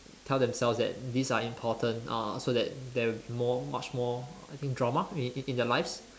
tell themselves that these are important uh so that there will be more much more I think drama in in in their lives